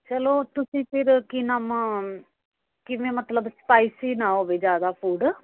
ਚਲੋ ਤੁਸੀਂ ਫਿਰ ਕੀ ਨਾਮ ਕਿਵੇਂ ਮਤਲਬ ਸਪਾਇਸੀ ਨਾ ਹੋਵੇ ਜ਼ਿਆਦਾ ਫੂਡ